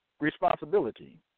responsibility